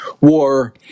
war